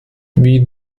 wie